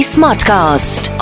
Smartcast